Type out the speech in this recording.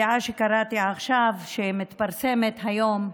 קראתי ידיעה עכשיו, שמתפרסמת היום: